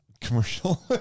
commercial